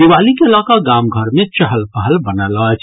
दिवाली के लऽकऽ गाम घर मे चहल पहल बनल अछि